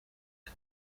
bwe